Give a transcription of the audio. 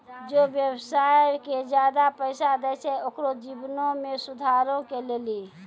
जे व्यवसाय के ज्यादा पैसा दै छै ओकरो जीवनो मे सुधारो के लेली